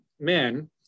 men